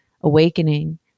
awakening